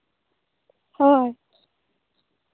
ᱦᱳᱭ